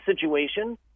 situation